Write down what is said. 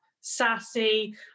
sassy